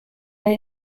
are